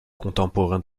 contemporains